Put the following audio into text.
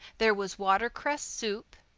there was watercress soup,